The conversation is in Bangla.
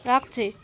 রাখছি